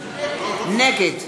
נגד